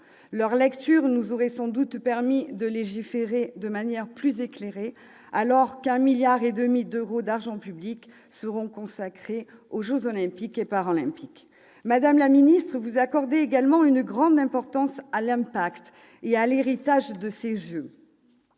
Sa lecture nous aurait sans doute permis de légiférer de manière plus éclairée, alors qu'un montant de 1,5 milliard d'euros d'argent public sera consacré aux jeux Olympiques et Paralympiques. Madame la ministre, vous accordez également une grande importance à l'impact et à l'héritage de ces jeux.